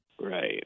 Right